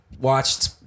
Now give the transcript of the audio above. watched